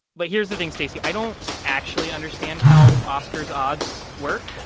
but here's the thing, stacey. i don't actually understand how oscars odds work.